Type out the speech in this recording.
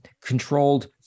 controlled